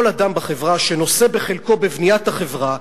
כל אדם בחברה שנושא בחלקו בבניית החברה,